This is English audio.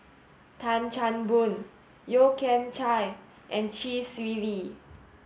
Tan Chan Boon Yeo Kian Chai and Chee Swee Lee